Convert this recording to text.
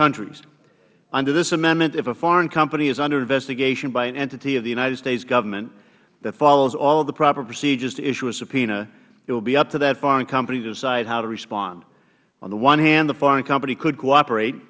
countries under this amendment if a foreign company is under investigation by an entity of the united states government that follows all of the proper procedures to issue a subpoena it will be up to that foreign company to decide how to respond on the one hand the foreign company could cooperate